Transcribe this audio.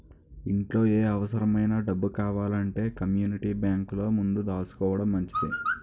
ఇంట్లో ఏ అవుసరమైన డబ్బు కావాలంటే కమ్మూనిటీ బేంకులో ముందు దాసుకోడం మంచిది